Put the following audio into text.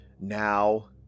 Now